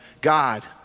God